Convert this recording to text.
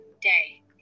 day